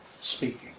speaking